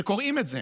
כשקוראים את זה